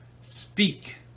speak